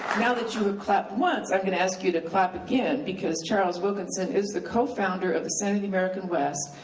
now that you have clapped once, i'm gonna ask you to clap again, because charles wilkinson is the co-founder of the center of the american west,